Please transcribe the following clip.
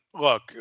look